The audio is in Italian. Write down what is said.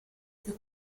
più